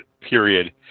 period